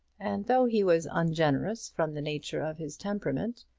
and though he was ungenerous from the nature of his temperament,